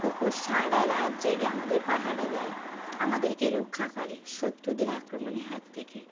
কুকুর সারা রাত জেগে আমাদের পাহারা দেয় আমাদেরকে রক্ষা করে শত্রুদের আক্রমণের হাত থেকে